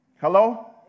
Hello